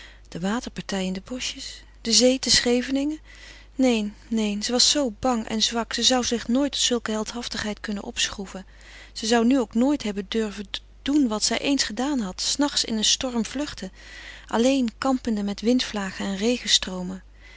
de waterpartij in de boschjes de zee te scheveningen neen neen ze was zoo bang en zwak ze zou zich nooit tot zulke heldhaftigheid kunnen opschroeven ze zou nu ook nooit hebben durven doen wat zij eens gedaan had s nachts in een storm vluchten alleen kampende met windvlagen en